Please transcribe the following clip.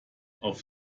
auf